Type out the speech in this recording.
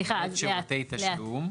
למעט שירותי תשלום?